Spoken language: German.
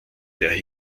der